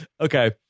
Okay